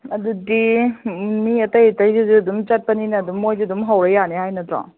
ꯑꯗꯨꯗꯤ ꯃꯤ ꯑꯇꯩ ꯑꯇꯩꯗꯨꯁꯨ ꯑꯗꯨꯝ ꯆꯠꯄꯅꯤꯅ ꯑꯗꯨꯝ ꯃꯣꯏꯁꯨ ꯑꯗꯨꯝ ꯍꯧꯔ ꯌꯥꯅꯤ ꯍꯥꯏ ꯅꯠꯇ꯭ꯔꯣ